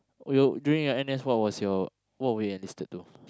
you during your N_S what was your what were you enlisted to